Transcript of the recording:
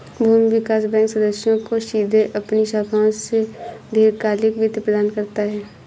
भूमि विकास बैंक सदस्यों को सीधे अपनी शाखाओं से दीर्घकालिक वित्त प्रदान करता है